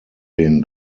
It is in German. den